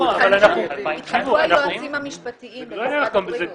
התחלפו היועצים המשפטיים במשרד הבריאות.